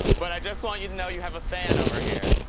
but i just want you to know you have a fan over here.